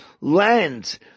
land